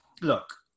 look